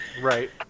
Right